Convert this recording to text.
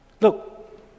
Look